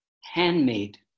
handmade